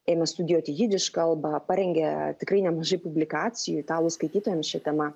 ėmė studijuoti jidiš kalbą parengė tikrai nemažai publikacijų italų skaitytojams šia tema